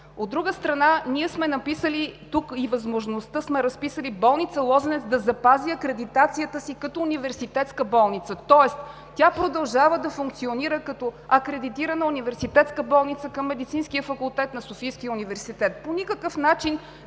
От друга страна, тук сме разписали и възможността болница „Лозенец“ да запази акредитацията си като университетска болница. Тоест тя продължава да функционира като акредитирана университетска болница към Медицинския факултет на Софийския университет. По никакъв начин